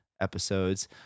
Episodes